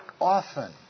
often